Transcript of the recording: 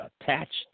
attached